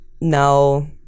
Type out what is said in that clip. No